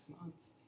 months